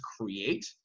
create